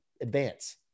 advance